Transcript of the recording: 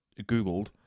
Googled